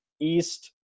East